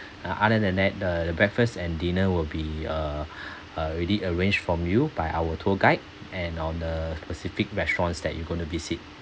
uh other than that the the breakfast and dinner will be err already arranged for you by our tour guide and on a specific restaurants that you going to visit